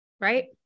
Right